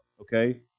okay